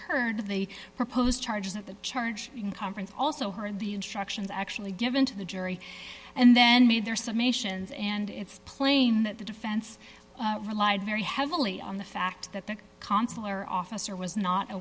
heard of the proposed charges that the charge in conference also heard the instructions actually given to the jury and then made their summations and it's plain that the defense relied very heavily on the fact that the consular officer was not a